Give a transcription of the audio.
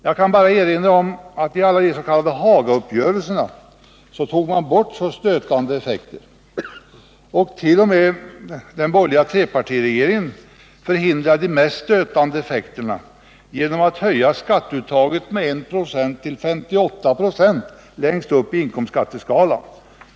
Jag kan bara erinra om att man i alla de s.k. Hagauppgörelserna tog bort så stötande effekter, och t.o.m. den borgerliga trepartiregeringen förhindrade de mest stötande effekterna genom att höja statsskatteuttaget med 1 96 till 58 26 längst upp på inkomstskatteskalan.